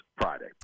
friday